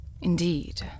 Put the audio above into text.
Indeed